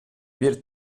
bir